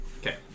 Okay